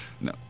No